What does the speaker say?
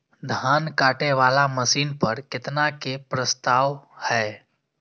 धान काटे वाला मशीन पर केतना के प्रस्ताव हय?